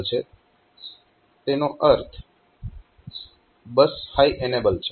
તેનો અર્થ બસ હાય એનેબલ છે